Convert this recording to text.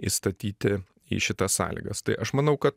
įstatyti į šitas sąlygas tai aš manau kad